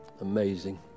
Amazing